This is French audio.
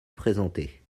présentés